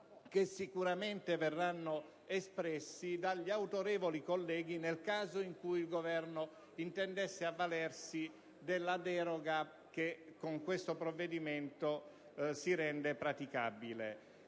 che sicuramente verranno espressi dagli autorevoli colleghi nel caso in cui il Governo intendesse avvalersi della deroga che si rende praticabile